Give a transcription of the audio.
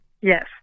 Yes